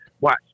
watch